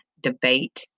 debate